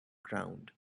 ground